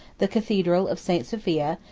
the cathedral of st. sophia,